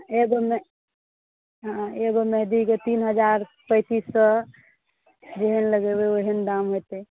एगोमे हँ एगो मेहदीके तीन हजार पैंतीस सए जेहन लगेबै ओहन दाम हेतै